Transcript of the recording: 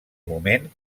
moment